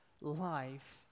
life